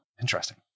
interesting